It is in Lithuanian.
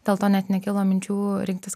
dėl to net nekilo minčių rinktis